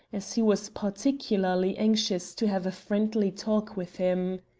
as he was particularly anxious to have a friendly talk with him.